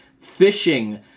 Fishing